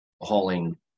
hauling